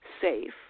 safe